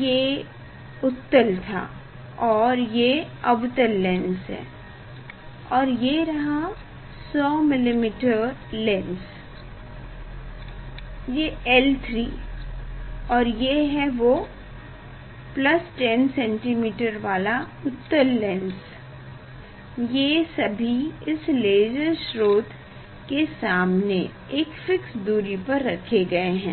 ये उत्तल था और ये अवतल लेंस और ये रहा 100mm लेंस ये L3 और ये है वो 10cm वाला उत्तल लेंस ये सभी इस लेसर स्रोत के सामने एक फिक्स दूरी पर रखे गए हैं